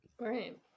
right